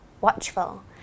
watchful